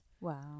Wow